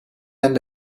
and